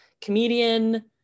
Comedian